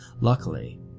Luckily